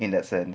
in that sense